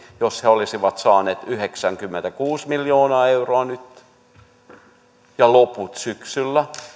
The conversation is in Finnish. jos he olisivat saaneet yhdeksänkymmentäkuusi miljoonaa euroa nyt ja loput neljälläkymmenelläkahdeksalla syksyllä